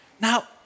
Now